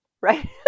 Right